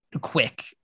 quick